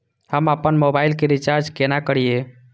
हम आपन मोबाइल के रिचार्ज केना करिए?